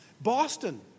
Boston